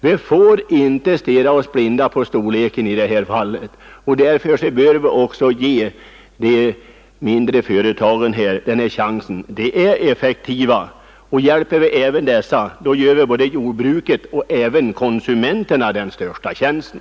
Vi får inte stirra oss blinda på storleken, utan vi bör också ge de mindre jordbruksföretagen en chans. De är effektiva, och hjälper vi även dem så gör vi både jordbruket och konsumenterna den största tjänsten.